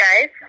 guys